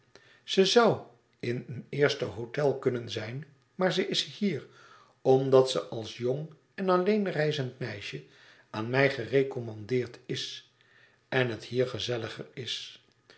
ze zoû in een eerste hôtel kunnen zijn maar ze is hier omdat ze als jong en alleen reizend meisje aan mij gerecommandeerd is en het hier gezelliger is